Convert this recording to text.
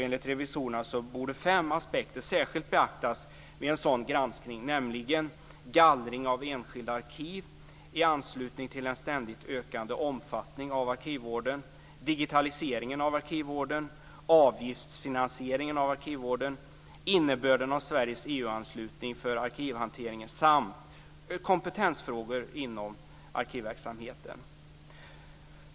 Enligt revisorerna borde fem aspekter särskilt beaktas vid en sådan granskning, nämligen gallring av enskilda arkiv i anslutning till den ständigt ökande omfattningen av arkivvården, digitaliseringen av arkivvården, avgiftsfinansieringen av arkivvården, innebörden av Sveriges EU-anslutning för arkivhanteringen samt kompetensfrågor inom arkivverksamheten.